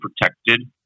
protected